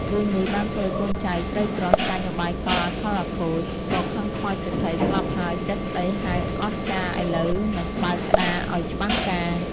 រឿងនេះបានធ្វើឲ្យកូនចៅស្រីប្រុសចាញ់ឧបាយកលអាខិលអាខូច ក៏ខឹងខ្មោចសេដ្ឋីស្លាប់ហើយចេះស្ដីហៅអស្ចារ្យឥឡូវ នឹងបើក្ដារឱ្យច្បាស់ការ។